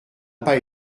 pas